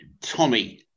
Tommy